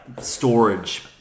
storage